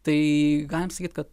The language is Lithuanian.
tai galim sakyt kad